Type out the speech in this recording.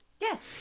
Yes